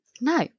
No